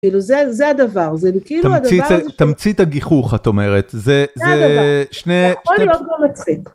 כאילו, זה הדבר, זה כאילו הדבר... תמצית הגיחוך, את אומרת, זה... זה הדבר, זה יכול להיות גם מצחיק.